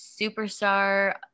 superstar